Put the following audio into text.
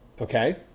Okay